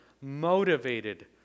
motivated